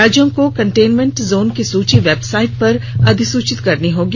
राज्यों को containment zone की सूची वेबसाइट पर अधिसूचित करनी होगी